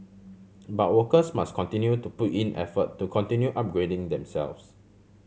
but workers must continue to put in effort to continue upgrading themselves